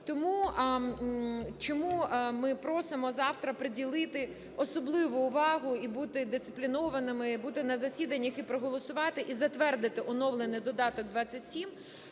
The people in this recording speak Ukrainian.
Тому, чому ми просимо завтра приділити особливу увагу, і бути дисциплінованими, і бути на засіданнях, і проголосувати і затвердити оновлений Додаток 27,